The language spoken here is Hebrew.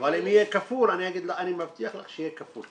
יהיה כפול אני מבטיח לך שיהיה כפול.